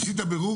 עשית בירור,